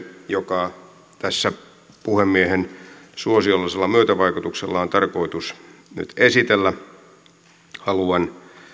joka tässä puhemiehen suosiollisella myötävaikutuksella on tarkoitus nyt esitellä haluan